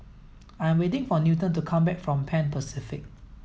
I'm waiting for Newton to come back from Pan Pacific